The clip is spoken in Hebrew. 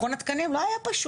מכון התקנים לא היה פשוט,